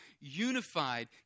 unified